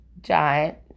giant